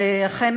ואכן,